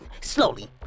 Slowly